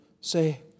say